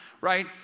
right